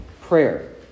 prayer